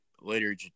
later